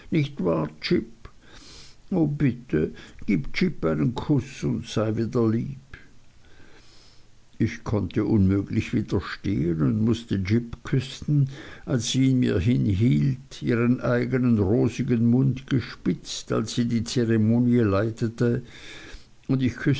o bitte gib jip einen kuß und sei wieder lieb ich konnte unmöglich widerstehen und mußte jip küssen als sie ihn mir hinhielt ihren eignen rosigen mund gespitzt als sie die zeremonie leitete und